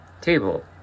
table